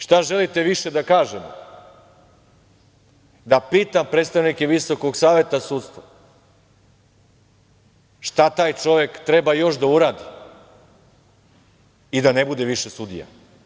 Šta želite više da kažemo da pitam predstavnike Visokog saveta sudstva šta taj čovek treba još da uradi i da ne bude više sudija?